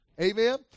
Amen